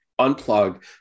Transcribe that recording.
unplug